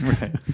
right